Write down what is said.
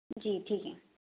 جی ٹھیک ہے